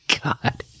God